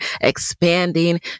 expanding